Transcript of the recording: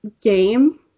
game